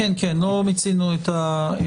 כן, כן, לא מיצינו את הדיון.